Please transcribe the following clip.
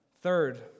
Third